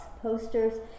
posters